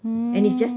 mm